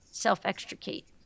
self-extricate